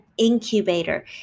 Incubator